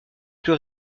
plus